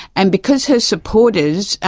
and because her supporters,